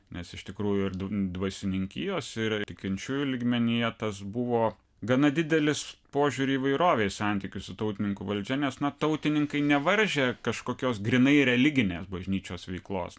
nes iš tikrųjų ir dvasininkijos ir tikinčiųjų lygmenyje tas buvo gana didelis požiūrių įvairovė į santykius su tautininkų valdžia na tautininkai nevaržė kažkokios grynai religinės bažnyčios veiklos